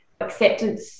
Acceptance